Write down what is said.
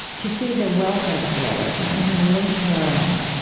to see the welfare of the other, as somehow linked to our own,